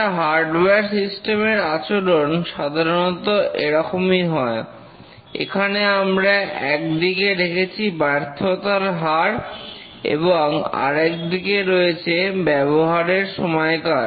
একটা hardware system এর আচরণ সাধারণত এরকমই হয় এখানে আমরা একদিকে রেখেছি ব্যর্থতার হার এবং আর একদিকে রয়েছে ব্যবহারের সময়কাল